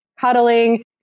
cuddling